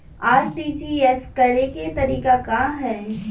RTGS करे के तरीका का हैं?